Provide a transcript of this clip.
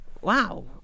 Wow